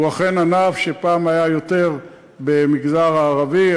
והוא אכן ענף שפעם היה יותר במגזר הערבי,